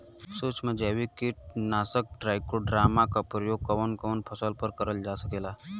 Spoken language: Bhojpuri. सुक्ष्म जैविक कीट नाशक ट्राइकोडर्मा क प्रयोग कवन कवन फसल पर करल जा सकेला?